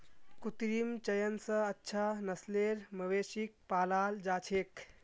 कृत्रिम चयन स अच्छा नस्लेर मवेशिक पालाल जा छेक